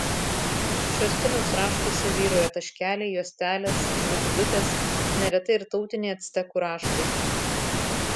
šio stiliaus raštuose vyrauja taškeliai juostelės žvaigždutės neretai ir tautiniai actekų raštai